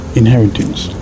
inheritance